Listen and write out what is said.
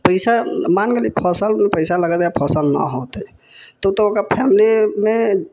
पैसा मान गेलि फसलमे पैसा लगेलकै आओर फसल नहि होतै तऽ ओकर फैमिलीमे